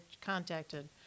contacted